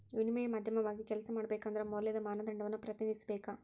ವಿನಿಮಯ ಮಾಧ್ಯಮವಾಗಿ ಕೆಲ್ಸ ಮಾಡಬೇಕಂದ್ರ ಮೌಲ್ಯದ ಮಾನದಂಡವನ್ನ ಪ್ರತಿನಿಧಿಸಬೇಕ